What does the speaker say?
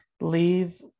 leave